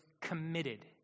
committed